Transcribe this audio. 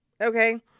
Okay